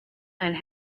and